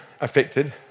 affected